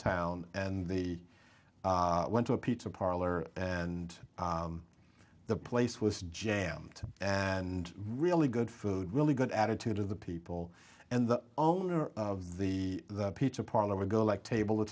town and the went to a pizza parlor and the place was jammed and really good food really good attitude of the people and the owner of the pizza parlor girl like table t